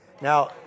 Now